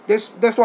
that's that's why